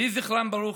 יהי זכרם ברוך.